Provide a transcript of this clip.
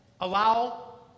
allow